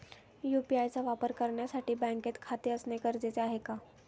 UPI चा वापर करण्यासाठी बँकेत खाते असणे गरजेचे आहे का?